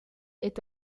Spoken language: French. est